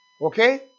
okay